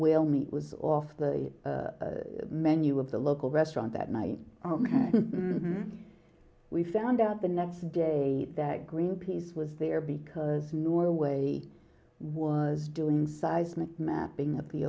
we'll meet was off the menu of the local restaurant that night we found out the next day that greenpeace was there because norway was doing seismic mapping of the